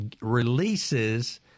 releases